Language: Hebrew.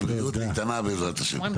ובריאות איתנה בעזרת השם.